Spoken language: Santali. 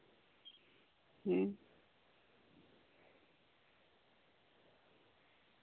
ᱦᱩᱸ